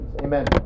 Amen